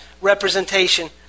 representation